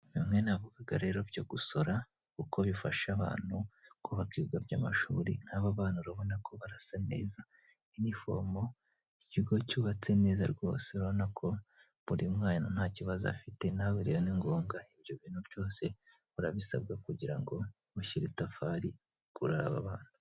Bimwe navugaga rero byo gusora kuko bifasha abantu kubaka ibigo by'amashuri nk'aba bana urabonako barasa neza inifomo ikigo cyubatse neza rwose, urabona ko buri mwana nta kibazo afite nawe rero ni ngombwa ibyo bintu byose urarabisabwa kugira ngo mushyire itafari kuri aba bana.